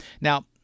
Now